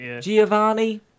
Giovanni